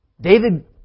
David